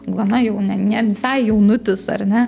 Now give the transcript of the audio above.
gana jau ne ne visai jaunutis ar ne